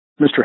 Mr